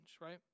right